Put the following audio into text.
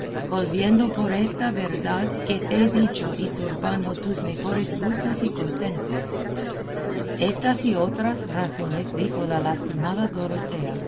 volviendo por esta verdad que te he dicho y turbando tus mejores gustos y contentos estas y otras razones dijo la lastimada dorotea